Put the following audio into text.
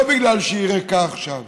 לא בגלל שהיא ריקה עכשיו